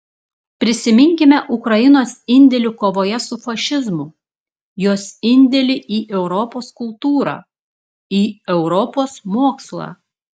prisiminkime ukrainos indėlį kovoje su fašizmu jos indėlį į europos kultūrą į europos mokslą